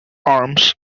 arms